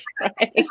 Right